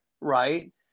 right